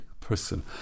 person